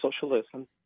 socialism